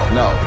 no